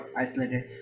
isolated